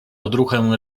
odruchem